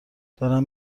دارم